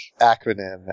acronym